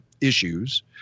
issues